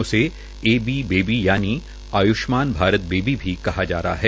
उसे रल बेबी यानि आयुष्मान भारत बेबी भी कहा जा रहा है